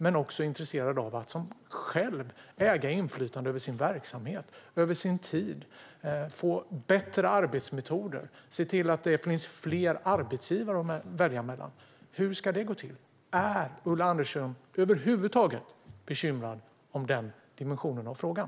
Man kan också vara intresserad av att äga inflytande över sin verksamhet och över sin tid, av att få bättre arbetsmetoder och av att se till att det finns fler arbetsgivare att välja mellan. Hur ska det gå till? Är Ulla Andersson över huvud taget bekymrad när det gäller den dimensionen av frågan?